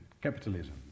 capitalism